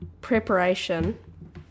preparation